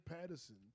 Patterson